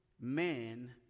man